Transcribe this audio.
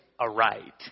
aright